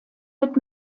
wird